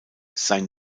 sein